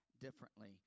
differently